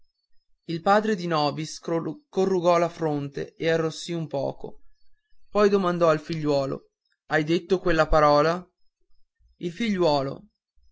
il padre di nobis corrugò la fronte e arrossì leggermente poi domandò al figliuolo hai detto quella parola il figliuolo